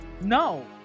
No